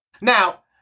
Now